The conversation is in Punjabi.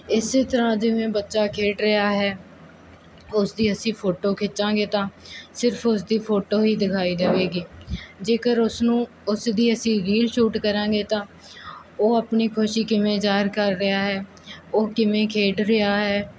ਇਸ ਤਰ੍ਹਾਂ ਜਿਵੇਂ ਬੱਚਾ ਖੇਡ ਰਿਹਾ ਹੈ ਉਸਦੀ ਅਸੀਂ ਫੋਟੋ ਖਿੱਚਾਂਗੇ ਤਾਂ ਸਿਰਫ ਉਸਦੀ ਫੋਟੋ ਹੀ ਦਿਖਾਈ ਦੇਵੇਗੀ ਜੇਕਰ ਉਸ ਨੂੰ ਉਸ ਦੀ ਅਸੀਂ ਰੀਲ ਸ਼ੂਟ ਕਰਾਂਗੇ ਤਾਂ ਉਹ ਆਪਣੀ ਖੁਸ਼ੀ ਕਿਵੇਂ ਜ਼ਾਹਰ ਕਰ ਰਿਹਾ ਹੈ ਉਹ ਕਿਵੇਂ ਖੇਡ ਰਿਹਾ ਹੈ